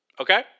Okay